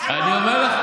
אני אומר לך,